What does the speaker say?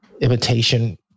imitation